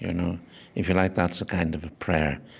you know if you like, that's a kind of of prayer.